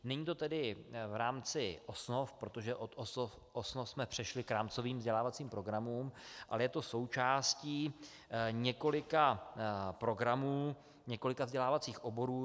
Není to tedy v rámci osnov, protože od osnov jsme přešli k rámcovým vzdělávacím programům, ale je to součástí několika programů, několika vzdělávacích oborů.